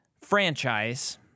franchise